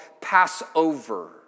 Passover